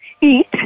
eat